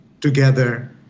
together